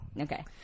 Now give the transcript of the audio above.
Okay